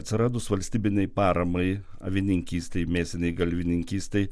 atsiradus valstybinei paramai avininkystei mėsinei galvijininkystei